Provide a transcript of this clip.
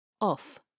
Off